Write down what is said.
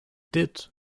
did